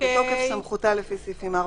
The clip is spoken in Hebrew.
"בתוקף סמכותה לפי סעיפים 4,